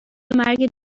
مرگ